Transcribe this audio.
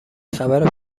خبر